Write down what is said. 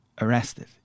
arrested